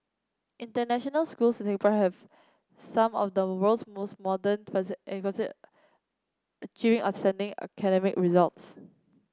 international schools in Singapore have some of the world's most modern achieve outstanding academic results